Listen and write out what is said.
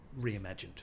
reimagined